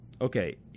Okay